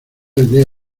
aldea